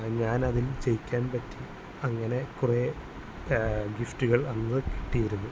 ഞാനതിൽ ജയിക്കാൻ പറ്റി അങ്ങനെ കുറേ ഗിഫ്റ്റുകൾ അങ്ങനെ കിട്ടിയിരുന്നു